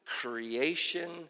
creation